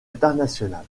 internationales